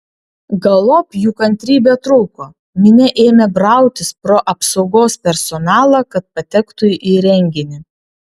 galop jų kantrybė trūko minia ėmė brautis pro apsaugos personalą kad patektų į renginį